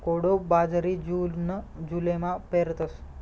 कोडो बाजरी जून जुलैमा पेरतस